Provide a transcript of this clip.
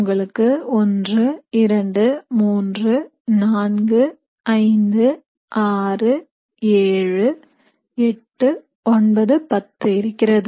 உங்களுக்கு 1 2 3 4 5 6 7 8 9 10 இருக்கிறது